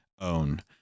own